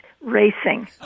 racing